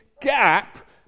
gap